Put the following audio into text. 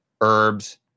herbs